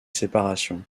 séparation